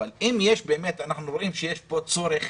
אבל אם באמת אנחנו רואים שיש פה צורך